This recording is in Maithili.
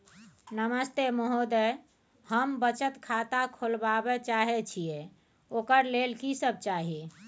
नमस्ते महोदय, हम बचत खाता खोलवाबै चाहे छिये, ओकर लेल की सब चाही?